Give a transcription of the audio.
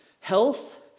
health